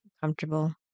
comfortable